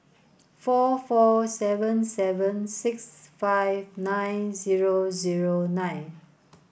four four seven seven six five nine zero zero nine